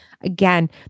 Again